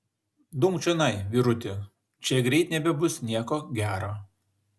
dumk čionai vyruti čia greit nebebus nieko gero